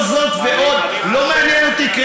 זאת ועוד, לא מעניין אותי.